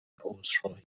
عذرخواهی